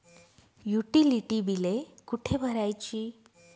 Utility बिले कुठे भरायची?